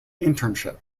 internship